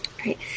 Great